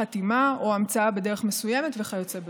חתימה או המצאה בדרך מסוימת וכיוצא באלה.